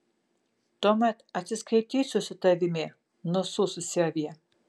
tuomet atsiskaitysiu su tavimi nusususi avie